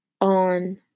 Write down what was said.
on